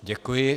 Děkuji.